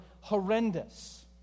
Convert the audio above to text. horrendous